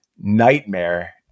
nightmare